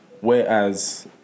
whereas